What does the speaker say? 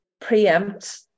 preempt